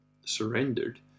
surrendered